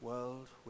world